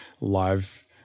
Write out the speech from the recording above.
live